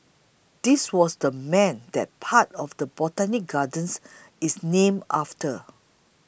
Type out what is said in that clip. this was the man that part of the Botanic Gardens is named after